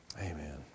Amen